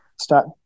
start